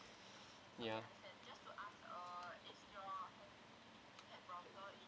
ya